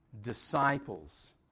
disciples